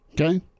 Okay